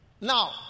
Now